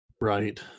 Right